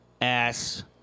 ass